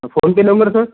मग PhonePe number sir